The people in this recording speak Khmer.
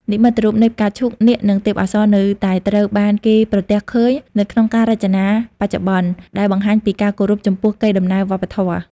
និមិត្តរូបនៃផ្កាឈូក នាគ និងទេពអប្សរនៅតែត្រូវបានគេប្រទះឃើញនៅក្នុងការរចនាបច្ចុប្បន្ន ដែលបង្ហាញពីការគោរពចំពោះកេរដំណែលវប្បធម៌។